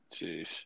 Jeez